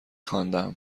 خواندم